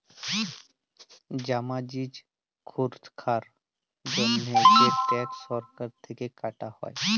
ছামাজিক ছুরক্ষার জন্হে যে ট্যাক্স সরকার থেক্যে কাটা হ্যয়